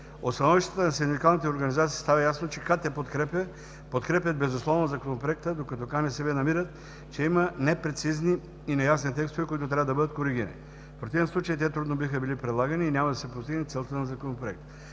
становищата на синдикалните организации става ясно, че КТ „Подкрепа“ подкрепят безусловно Законопроекта, докато КНСБ намират, че има непрецизни и неясни текстове, които трябва да бъдат коригирани. В противен случай, те трудно биха били прилагани и няма да се постигне целта на Законопроекта.